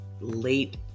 late